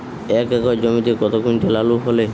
এক একর জমিতে কত কুইন্টাল আলু ফলে?